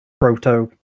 proto